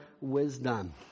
wisdom